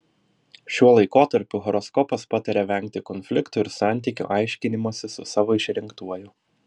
šiuo laikotarpiu horoskopas pataria vengti konfliktų ir santykių aiškinimosi su savo išrinktuoju